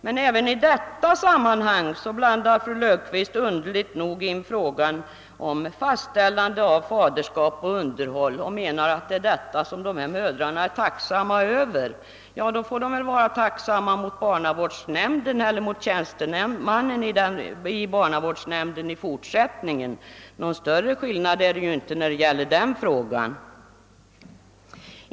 Men även i detta sammanhang blandar fru Löfqvist underligt nog in frågan om fastställande av faderskap och underhåll och menar att det är detta som dessa mödrar är tacksamma för. Då får de väl vara tacksamma mot barnavårdsnämnderna eller tjänstemannen hos barnavårdsnämnden i fortsättningen. Någon större skillnad blir det ju inte i detta avseende.